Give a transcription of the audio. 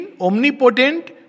omnipotent